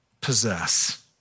possess